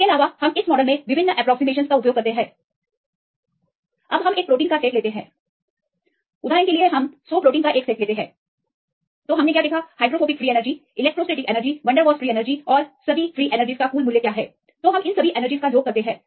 इसके अलावा हम इस मॉडल में विभिन्न एप्रोक्सीमेशनस का उपयोग करते हैं अब हम प्रोटीन के सेट की गणना कर सकते हैं और कुल ले लो हमने जो लिखा है वह hydrophobic free energy electrostatic van der Waals और सभी फ्री एनर्जीज का कुल मूल्य है और सभी एनर्जीज का योग लेते हैं